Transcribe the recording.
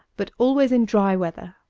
but always in dry weather.